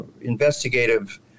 investigative